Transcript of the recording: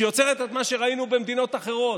שיוצרת את מה שראינו במדינות אחרות,